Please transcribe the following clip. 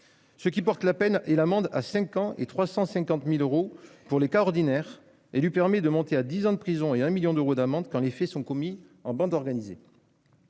Cela portera la peine et l'amende à cinq ans et 350 000 euros pour les cas ordinaires et permettra de monter à dix ans de prison et 1 million d'euros d'amende quand les faits sont commis en bande organisée.